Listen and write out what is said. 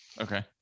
Okay